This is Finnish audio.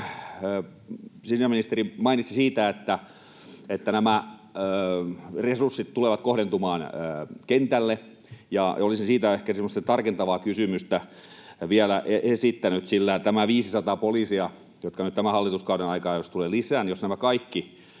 Sisäministeri mainitsi siitä, että nämä resurssit tulevat kohdentumaan kentälle, ja olisin siitä ehkä semmoista tarkentavaa kysymystä vielä esittänyt. Sillä jos kaikki nämä 500 poliisia, joita nyt tämän hallituskauden aikaan tulee lisää, tulevat